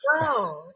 No